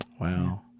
Wow